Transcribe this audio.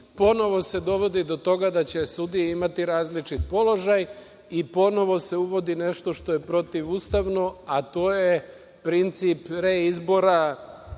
ponovo se dovodi do toga da će sudije imati različiti položaj i ponovo se uvodi nešto što je protivustavno, a to je princip reizbora